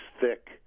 thick